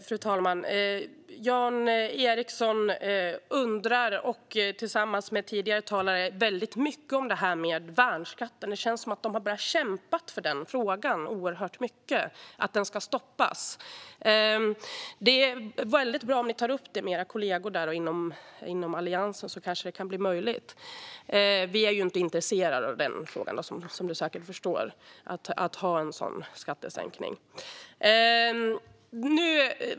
Fru talman! Jan Ericson och tidigare talare undrar mycket om värnskatten. Det känns som att de har börjat kämpa mycket för att den ska tas bort. Det vore bra om de tog upp detta med sina kollegor i Alliansen, så kanske det blir möjligt. Vi är inte intresserade av en sådan skattesänkning, som Jan Ericson säkert förstår.